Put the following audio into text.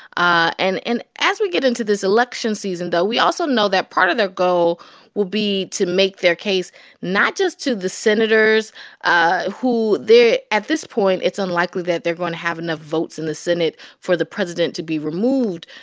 and and as we get into this election season, though, we also know that part of their goal will be to make their case not just to the senators ah who at this point, it's unlikely that they're going to have enough votes in the senate for the president to be removed.